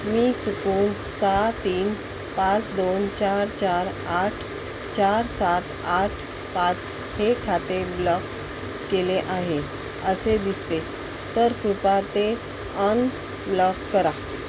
मी चुकून सहा तीन पाच दोन चार चार आठ चार सात आठ पाच हे खाते ब्लॉक केले आहे असे दिसते तर कृपया ते अनब्लॉक करा